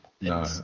no